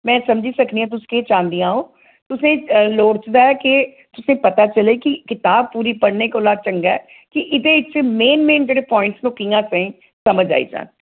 में समझी सकनी आं तुस केह् चाहंदियां ओ तुसें लोड़'चदा ऐ कि तुसें पता चलै कि कताब पूरी पढ़ने कोला चंगा ऐ कि इदे च मेन मेन जेह्ड़े पोइंट्स न ओह् कि'यां असें समझ आई जान